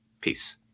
Peace